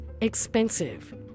expensive